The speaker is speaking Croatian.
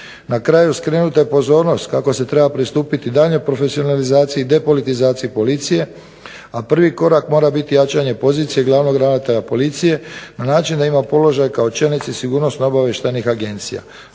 Na kraju skrenuta je pozornost kako se treba pristupiti daljnjoj profesionalizaciji depolitizacije policije, a prvi korak mora biti jačanje pozicije glavnog ravnatelja policije na način da ima položaj kao čelnici sigurnosno-obavještajnih agencija.